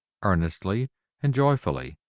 earnestly and joyfully,